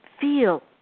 feel